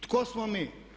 Tko smo mi?